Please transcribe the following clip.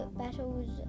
battles